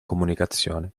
comunicazione